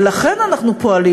ולכן אנחנו פועלים.